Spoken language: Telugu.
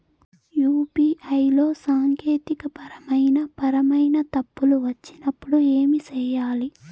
యు.పి.ఐ లో సాంకేతికపరమైన పరమైన తప్పులు వచ్చినప్పుడు ఏమి సేయాలి